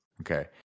okay